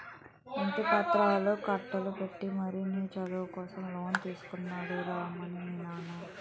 ఇంటి పత్రాలు తాకట్టు పెట్టి మరీ నీ చదువు కోసం లోన్ తీసుకున్నాడు రా మీ నాన్న